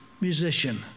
musician